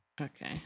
okay